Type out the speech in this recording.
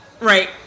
Right